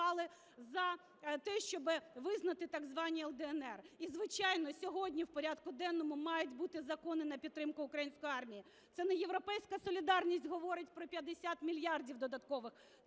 за те, щоб визнати так звані "Л/ДНР". І, звичайно, сьогодні в порядку денному мають бути закони на підтримку української армії. Це не "Європейська солідарність" говорить про 50 мільярдів додаткових